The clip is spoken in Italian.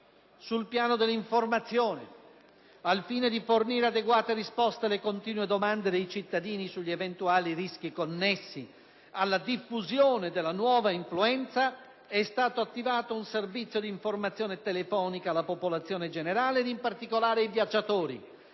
Sul piano dell'informazione, al fine di fornire adeguate risposte alle continue domande dei cittadini sugli eventuali rischi connessi alla diffusione della «nuova influenza», è stato attivato un servizio di informazione telefonica alla popolazione generale ed in particolare ai viaggiatori.